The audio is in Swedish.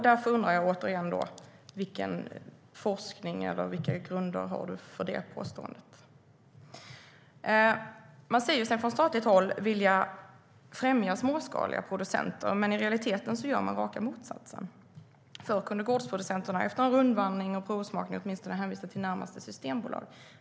Därför undrar jag återigen vilken forskning eller vilka grunder han har för det påståendet. Man säger sig från statligt håll vilja främja småskaliga producenter. Men i realiteten gör man raka motsatsen. Förr kunde gårdsproducenterna efter en rundvandring och provsmakning åtminstone hänvisa till närmaste systembolag.